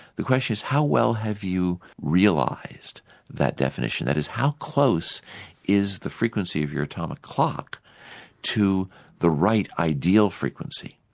the question is how well have you realised that definition? that is, how close is the frequency of your atomic clock to the right ideal frequency?